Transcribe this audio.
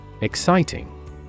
Exciting